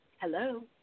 Hello